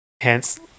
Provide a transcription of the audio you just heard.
hence